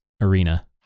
arena